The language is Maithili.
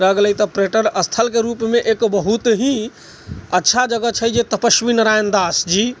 रहि गेलै तऽ पर्यटक स्थलके रूपमे एक बहुत ही अच्छा जगह छै जे तपश्वी नारायण दास जी